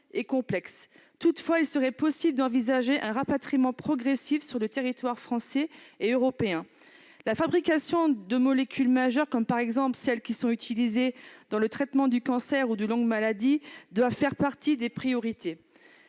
et complexe. Toutefois, il serait possible d'envisager un rapatriement progressif sur le territoire français et européen. La fabrication de molécules majeures, par exemple celles qui sont utilisées dans le traitement du cancer ou de longues maladies, doit faire partie des priorités,